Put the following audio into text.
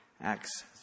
Acts